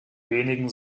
wenigen